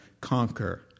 conquer